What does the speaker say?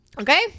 okay